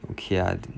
okay ah